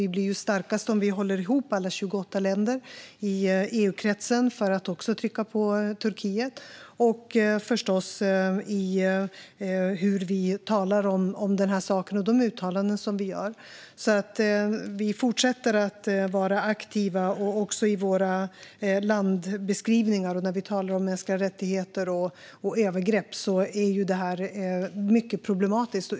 Vi blir ju starkast om vi håller ihop, alla 28 länder i EU-kretsen, för att sätta tryck på Turkiet och i de uttalanden vi gör. Vi fortsätter att vara aktiva, också i våra landsbeskrivningar. När vi talar om mänskliga rättigheter och övergrepp är detta mycket problematiskt.